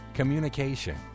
communication